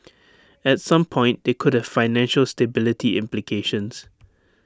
at some point they could have financial stability implications